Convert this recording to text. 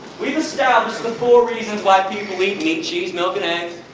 we've established the four reasons why people eat meat, cheese, milk and eggs.